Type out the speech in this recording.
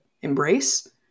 embrace